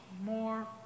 more